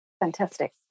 Fantastic